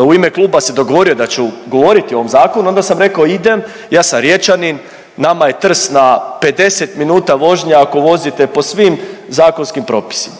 u ime kluba se dogovorio da ću govoriti o ovom zakonu onda sam rekao idemo ja sam Riječanin nama je Trst na 50 minuta vožnja ako vozite po svim zakonskim propisima,